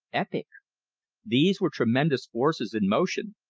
epic these were tremendous forces in motion,